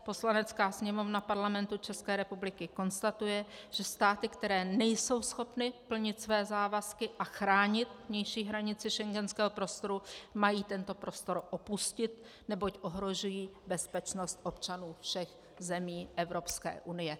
Poslanecká sněmovna Parlamentu České republiky konstatuje, že státy, které nejsou schopny plnit své závazky a chránit vnější hranice schengenského prostoru, mají tento prostor opustit, neboť ohrožují bezpečnost občanů všech zemí Evropské unie.